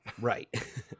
right